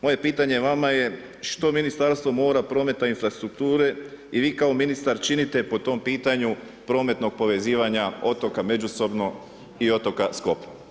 Moje pitanje vama je što Ministarstvo mora, prometa, infrastrukture i vi kao ministar činite po tom pitanju prometnog povezivanja otoka međusobno i otoka s kopnom.